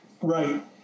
right